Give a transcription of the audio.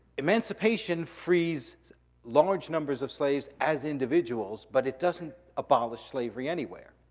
emancipation frees large numbers of slaves as individuals, but it doesn't abolish slavery anywhere.